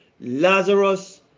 Lazarus